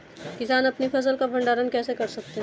किसान अपनी फसल का भंडारण कैसे कर सकते हैं?